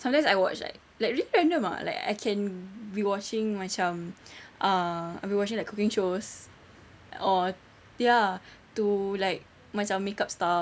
sometimes I watch like like really random ah like I can be watching macam ah I'll be watching like cooking shows or ya to like macam make-up stuff